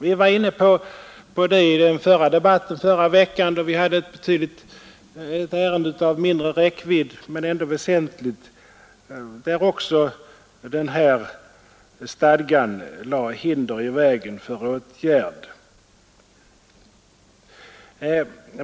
Vi var inne på det i en debatt förra veckan, då vi diskuterade ett ärende av mindre räckvidd men ändå väsentligt, och också där lade denna passus i FN-stadgan hinder i vägen för åtgärder.